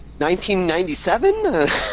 1997